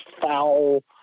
foul